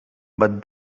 but